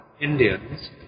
Indians